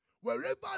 Wherever